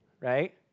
right